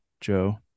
Joe